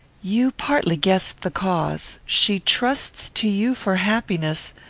you partly guessed the cause. she trusts to you for happiness,